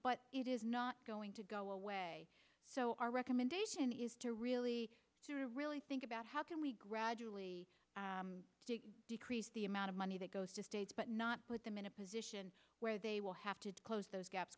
but it is not going to go away so our recommendation is to really to really think about how can we gradually decrease the amount of money that goes to states but not put them in a position where they will have to close those gaps